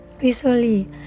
visually